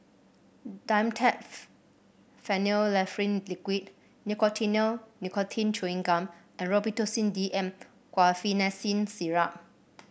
Dimetapp Phenylephrine Liquid Nicotinell Nicotine Chewing Gum and Robitussin D M Guaiphenesin Syrup